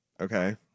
okay